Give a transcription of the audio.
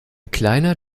kleiner